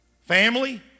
Family